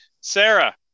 Sarah